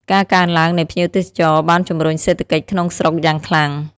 ការកើនឡើងនៃភ្ញៀវទេសចរណ៍បានជំរុញសេដ្ឋកិច្ចក្នុងស្រុកយ៉ាងខ្លាំង។